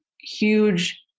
huge